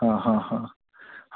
ಹಾಂ ಹಾಂ ಹಾಂ